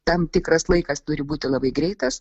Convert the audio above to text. tam tikras laikas turi būti labai greitas